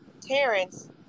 Terrence